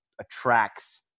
attracts